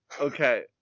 okay